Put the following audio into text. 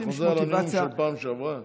אתה חוזר על הנאום של הפעם שעברה.